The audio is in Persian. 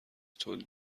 تولید